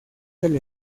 del